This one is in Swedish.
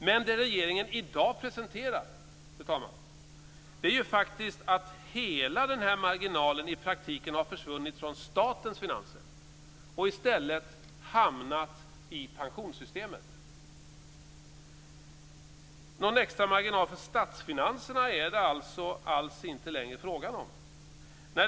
Men det regeringen i dag presenterar, fru talman, är faktiskt att hela denna marginal i praktiken har försvunnit från statens finanser och i stället hamnat i pensionssystemet. Någon extra marginal för statsfinanserna är det alltså alls inte längre frågan om.